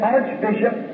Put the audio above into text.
Archbishop